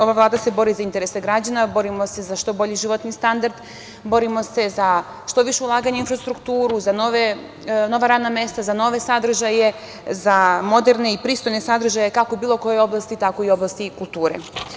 Ova Vlada se bori za interese građana, borimo se za što bolji životni standard, borimo se za što više ulaganja u infrastrukturu, za nova radna mesta, za nove sadržaje, za moderne i pristojne sadržaje kako u bilo kojoj oblasti, tako i u oblasti kulture.